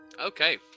Okay